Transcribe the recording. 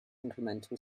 incremental